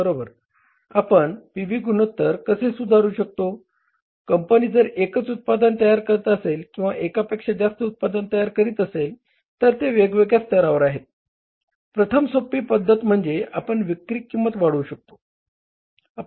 बरोबर आपण P V गुणोत्तर कसे सुधारू शकतो कंपनी जर एकच उत्पादन तयार करत असेल किंवा एकापेक्षा जास्त उत्पादन तयार करीत असेल तर ते वेगवेगळ्या स्तरावर आहेत प्रथम सोपी पद्धत म्हणजे आपण विक्री किंमत वाढवू शकतो